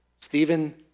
Stephen